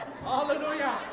Hallelujah